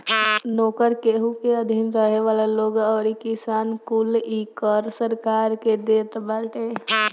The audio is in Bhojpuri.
नोकर, केहू के अधीन रहे वाला लोग अउरी किसान कुल इ कर सरकार के देत बाटे